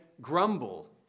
grumble